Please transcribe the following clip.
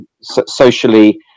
socially